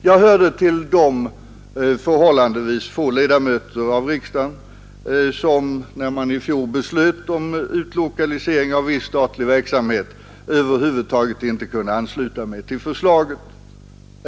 Jag hörde till de förhållandevis få ledamöter av riksdagen som när man i fjol beslöt utlokalisera viss statlig verksamhet över huvud taget inte kunde ansluta mig till förslaget.